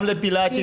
לפילטיס,